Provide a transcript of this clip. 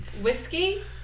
Whiskey